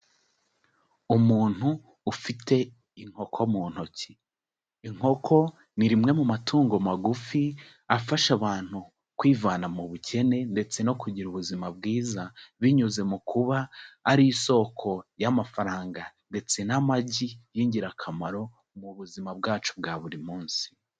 Umuntu ufite inkoko mu ntoki, inkoko ni rimwe mu matungo magufi afasha abantu kwivana mu bukene ndetse no kugira ubuzima bwiza, binyuze mu kuba ari isoko y'amafaranga ndetse n'amagi y'ingirakamaro mu buzima bwacu bwa buri munsi.